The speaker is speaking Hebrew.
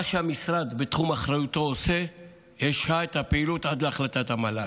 מה שהמשרד עושה בתחום אחריותו הוא להשהות את הפעילות עד להחלטת המל"ל.